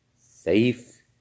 safe